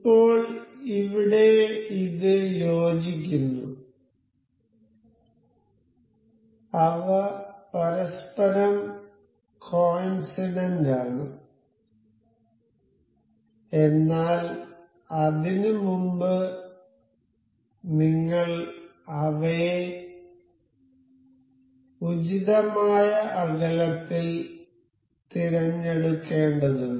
ഇപ്പോൾ ഇവിടെ ഇത് യോജിക്കുന്നു അവ പരസ്പരം കോയ്നസിഡന്റ് ആണ് എന്നാൽ അതിനുമുമ്പ് നിങ്ങൾ അവയെ ഉചിതമായ അകലത്തിൽ തിരഞ്ഞെടുക്കേണ്ടതുണ്ട്